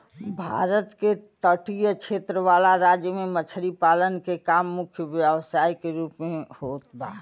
भारत के तटीय क्षेत्र वाला राज्य में मछरी पालन के काम मुख्य व्यवसाय के रूप में होत बा